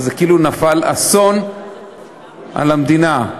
אז כאילו נפל אסון על המדינה.